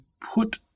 put